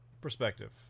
perspective